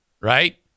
right